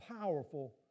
powerful